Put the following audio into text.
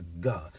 God